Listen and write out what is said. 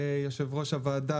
יושב-ראש הוועדה,